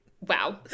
Wow